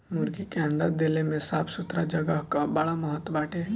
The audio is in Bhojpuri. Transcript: मुर्गी के अंडा देले में साफ़ सुथरा जगह कअ बड़ा महत्व बाटे